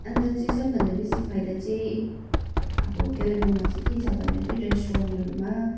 अन्त चाहिँ सबभन्दा बेसी फाइदा चाहिँ अब कालिम्पोङमा चाहिँ के छ भन्दाखेरि रेस्टुरेन्टहरूमा